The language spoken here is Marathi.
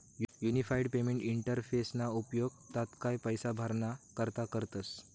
युनिफाईड पेमेंट इंटरफेसना उपेग तात्काय पैसा भराणा करता करतस